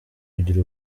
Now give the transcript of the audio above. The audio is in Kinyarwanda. kugira